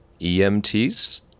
EMTs